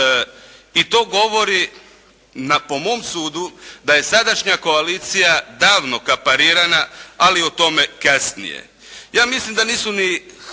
I to govori na po mom sudu, da je sadašnja koalicija davno kaparirana, ali o tome kasnije.